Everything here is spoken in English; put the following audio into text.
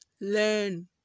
Learn